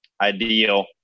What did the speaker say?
ideal